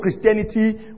Christianity